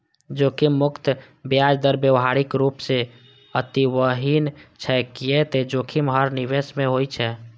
जोखिम मुक्त ब्याज दर व्यावहारिक रूप सं अस्तित्वहीन छै, कियै ते जोखिम हर निवेश मे होइ छै